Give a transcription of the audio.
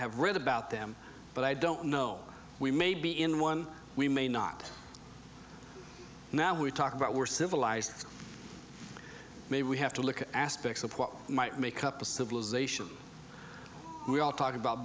have read about them but i don't know we may be in one we may not now we talk about we're civilized maybe we have to look at aspects of what might make up a civilization we all talk about